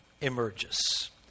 emerges